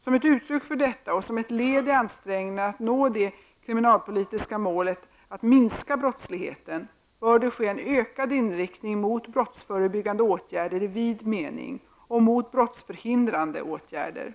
Som ett uttryck för detta och som ett led i ansträngningarna att nå det kriminalpolitiska målet att minska brottsligheten bör det ske en ökad inriktning mot brottsförebyggande åtgärder i vid mening och mot brottsförhindrande åtgärder.